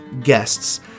guests